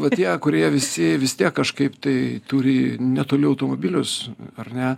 va tie kurie visi vis tiek kažkaip tai turi netoli automobilius ar ne